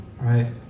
right